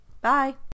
Bye